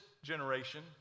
generation